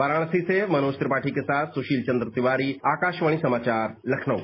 वाराणसी से मनोज त्रिपाठी के साथ सुशील चंद्र तिवारी आकाशवाणी समाचार लखनऊ